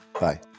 Bye